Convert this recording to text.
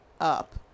up